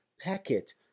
packet